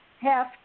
half